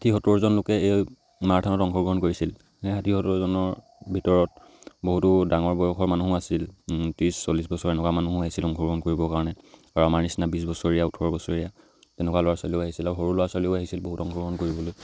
ষাঠি সত্তৰজন লোকে এই মাৰাথানত অংশগ্ৰহণ কৰিছিল সেই ষাঠি সত্তৰজনৰ ভিতৰত বহুতো ডাঙৰ বয়সৰ মানুহ আছিল ত্ৰিছ চল্লিছ বছৰ এনেকুৱা মানুহো আহিছিল অংশগ্ৰহণ কৰিবৰ কাৰণে আৰু আমাৰ নিচিনা বিছ বছৰীয়া ওঠৰ বছৰীয়া তেনেকুৱা ল'ৰা ছোৱালীও আহিছিল আৰু সৰু ল'ৰা ছোৱালীও আহিছিল বহুত অংশগ্ৰহণ কৰিবলৈ